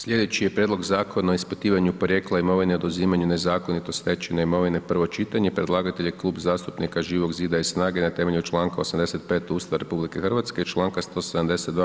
Sljedeći je: - Prijedlog Zakona o ispitivanju porijekla imovine i oduzimanju nezakonito stečene imovine, prvo čitanje, P.Z. 390; predlagatelj je Klub zastupnika Živog zida i SNAGA-e na temelju čl. 85 Ustava RH i čl. 172.